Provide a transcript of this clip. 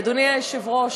אדוני היושב-ראש,